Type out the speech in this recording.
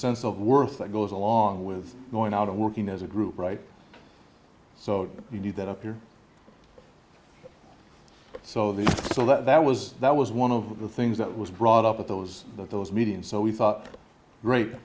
sense of worth that goes along with going out and working as a group right so you need that up here so the so that was that was one of the things that was brought up at those that those meetings so we thought